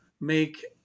make